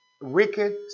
wicked